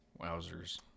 Wowzers